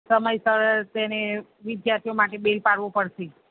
સમયસર તેને વિદ્યાર્થીઓ માટે બેલ પડવો પડશે